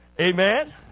Amen